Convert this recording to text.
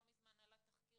לא מזמן עלה תחקיר